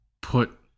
put